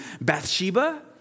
Bathsheba